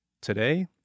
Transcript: Today